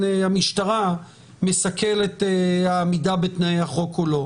המשטרה מסכל את העמידה בתנאי החוק או לא,